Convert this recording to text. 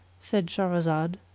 said shahrazad,